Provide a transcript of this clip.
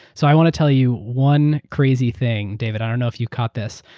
so i want to tell you one crazy thing, david. i don't know if you caught this.